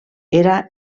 era